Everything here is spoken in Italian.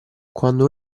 quando